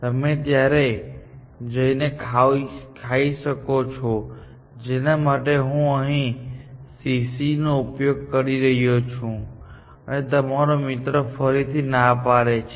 તમે ત્યાં જઈને ખાઈ શકો છો જેના માટે હું અહીં CC નો ઉપયોગ કરી રહ્યો છું અને તમારો મિત્ર ફરીથી ના પાડે છે